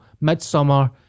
midsummer